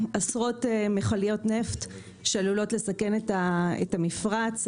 עשרות מכליות נפט שעלולות לסכן את המפרץ,